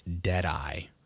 dead-eye